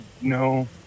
No